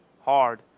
hard